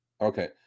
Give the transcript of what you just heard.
Okay